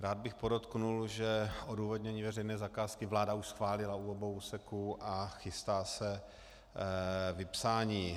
Rád bych podotkl, že odůvodnění veřejné zakázky vláda už schválila u obou úseků a chystá se vypsání.